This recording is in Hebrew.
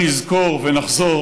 נזכור ונחזור.